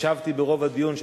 ישבתי ברוב הדיון,